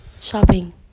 shopping